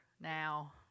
now